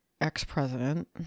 ex-president